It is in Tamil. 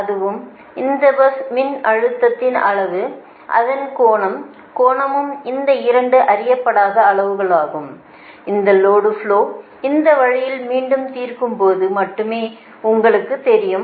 அதுவும் இந்த பஸ் மின்னழுத்தத்தின் அளவும் அதன் கோணக் கோணமும் இந்த 2 அறியப்படாத அளவுகளாகும் இந்த லோடு ஃப்லோ இந்த வழியில் மீண்டும் தீர்க்கும் போது மட்டுமே உங்களுக்குத் தெரியும்